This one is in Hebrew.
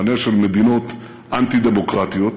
מחנה של מדינות אנטי-דמוקרטיות,